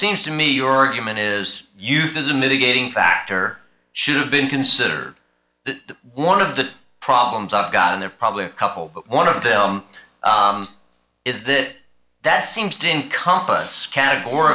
seems to me your human is used as a mitigating factor should have been consider that one of the problems of god and they're probably a couple but one of them is that that seems to encompass categor